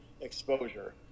exposure